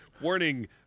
warning